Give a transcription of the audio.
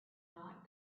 not